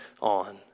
on